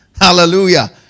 hallelujah